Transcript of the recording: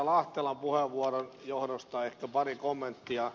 lahtelan puheenvuoron johdosta ehkä pari kommenttia